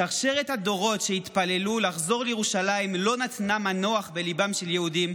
שרשרת הדורות שהתפללו לחזור לירושלים לא נתנה מנוח בליבם של יהודים,